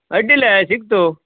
ಅಡ್ಡಿಲ್ಲ ಸಿಕ್ತು